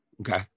Okay